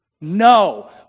No